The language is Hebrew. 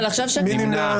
מי נמנע?